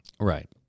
right